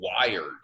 wired